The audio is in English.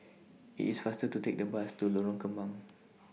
IT IS faster to Take The Bus to Lorong Kembang